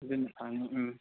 ꯑꯗꯨꯅ ꯐꯅꯤ ꯎꯝ